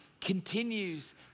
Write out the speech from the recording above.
continues